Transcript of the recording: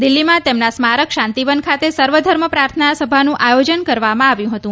દિલ્હીમાં તેમના સ્મારક શાંતિવન ખાતે સર્વધર્મ પ્રાર્થના સભાનું આયોજન કરવામાં આવ્યું હતું